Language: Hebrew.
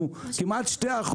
שהוא כמעט 2%,